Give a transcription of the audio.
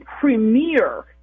premier